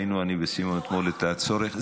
אני וסימון ראינו אתמול את הצורך.